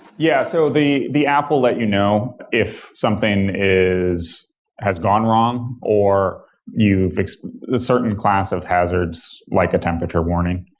yeah. so the the app will let you know if something has gone wrong or you fix the certain class of hazards, like a temperature warning.